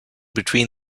between